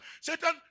Satan